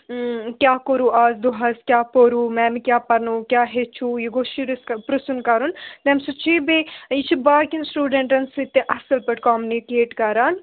کیٛاہ کوٚرُو آز دۄہَس کیٛاہ پوٚرُو میمہِ کیٛاہ پَرنووُ کیٛاہ ہیٚچھُو یہِ گوٚو شُرِس پِرٛژھُن کَرُن تَمہِ سۭتۍ چھُ یہِ بیٚیہِ یہِ چھِ باقِیَن سٕٹوٗڈنٛٹَن سۭتۍ تہِ اَصٕل پٲٹھۍ کامنِکیٹ کَران